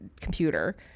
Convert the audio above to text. computer